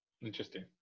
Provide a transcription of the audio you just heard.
Interesting